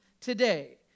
today